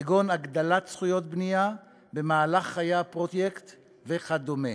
כגון הגדלת זכויות בנייה במהלך חיי הפרויקט וכדומה.